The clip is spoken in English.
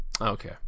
Okay